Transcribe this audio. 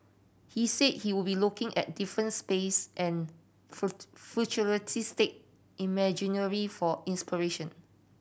he said he would be looking at different space and futuristic for inspiration